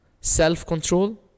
self-control